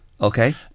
Okay